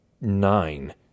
nine